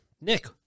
Nick